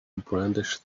brandished